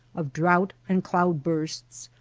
of drouth and cloud-bursts,